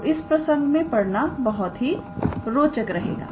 तो इस प्रसंग में पढ़ना बहुत ही रोचक रहेगा